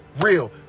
real